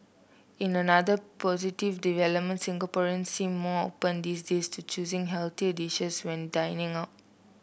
in another positive development Singaporeans seem more open these days to choosing healthier dishes when dining out